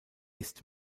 ist